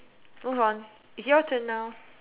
move on it's your turn now